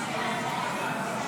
ההצבעה: